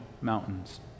mountains